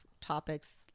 topics